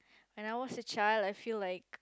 when I was a child I feel like